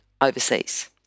overseas